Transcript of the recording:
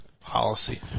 policy